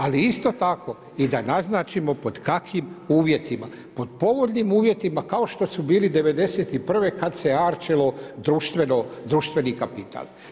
Ali isto tako i da naznačimo pod kakvim uvjetima, pod povoljnim uvjetima kao što su bili '91. kad se arčilo društveni kapital.